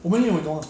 我们有你懂吗